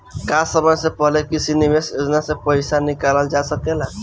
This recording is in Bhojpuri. का समय से पहले किसी निवेश योजना से र्पइसा निकालल जा सकेला?